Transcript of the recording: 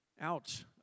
Ouch